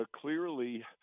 clearly